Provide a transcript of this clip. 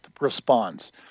responds